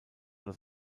los